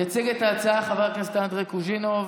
יציג את ההצעה חבר הכנסת אנדרי קוז'ינוב.